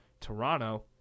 Toronto